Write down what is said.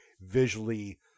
visually